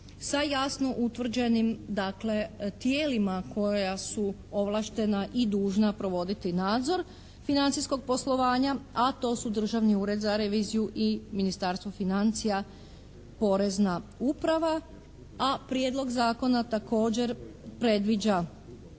sa jasno utvrđenim dakle tijelima koja su ovlaštena i dužna provoditi nadzor financijskog poslovanja, a to su Državni ured za reviziju i Ministarstvo financija, Porezna uprava. A prijedlog zakona također predviđa